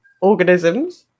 organisms